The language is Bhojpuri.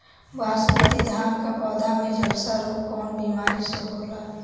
बासमती धान क पौधा में झुलसा रोग कौन बिमारी से होला?